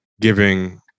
giving